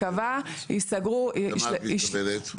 למה את מתכוונת?